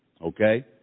okay